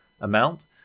amount